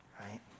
right